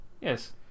Yes